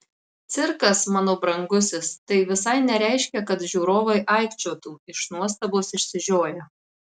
cirkas mano brangusis tai visai nereiškia kad žiūrovai aikčiotų iš nuostabos išsižioję